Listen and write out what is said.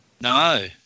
No